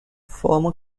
former